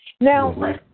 Now